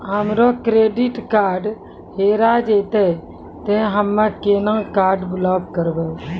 हमरो credit card हेरा जेतै ते हम्मय केना कार्ड ब्लॉक करबै?